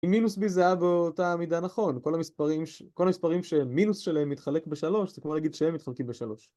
אם מינוס בי זה היה באותה המידה נכון, כל המספרים שמינוס שלהם מתחלק בשלוש זה כמו להגיד שהם מתחלקים בשלוש